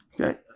Okay